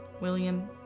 William